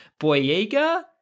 Boyega